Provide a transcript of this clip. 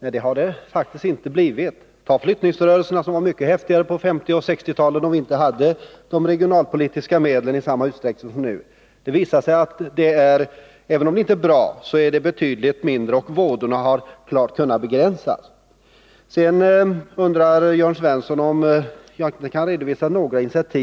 Det har det faktiskt inte blivit. Flyttningsrörelserna var mycket häftigare på 50 och 60-talen då vi inte hade regionalpolitiska medel i samma utsträckning som nu. Även om det inte är bra, så har det blivit betydligt bättre; vådorna har klart kunnat begränsas. Sedan undrar Jörn Svensson om jag inte kan redovisa några initiativ.